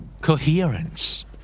Coherence